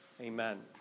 Amen